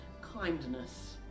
kindness